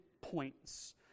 points